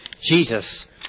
Jesus